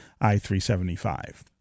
I-375